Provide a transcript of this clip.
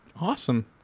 Awesome